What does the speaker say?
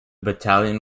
battalion